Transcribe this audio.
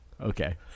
okay